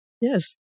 Yes